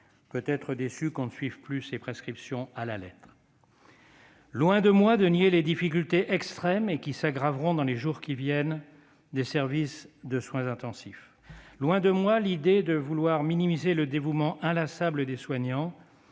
peut-être déçue que l'on ne suive plus ses prescriptions à la lettre. Loin de moi la prétention de nier les difficultés extrêmes, et qui s'aggraveront dans les jours qui viennent, que connaissent les services de soins intensifs, loin de moi l'idée de minimiser le dévouement inlassable des soignants,